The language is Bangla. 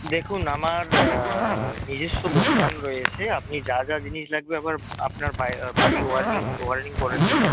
দেখুন আমার নিজস্ব দোকান রয়েছে আপনি যা যা জিনিস লাগবে আমার আপনার বাড়ি ওয়ারনিং ওয়ারনিং করার জন্য